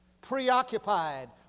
preoccupied